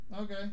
Okay